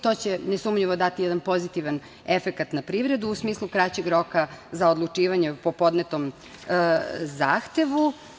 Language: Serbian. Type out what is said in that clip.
To će nesumnjivo dati jedan pozitivan efekat na privredu, u smislu kraćeg roka za odlučivanje po podnetom zahtevu.